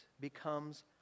becomes